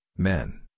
men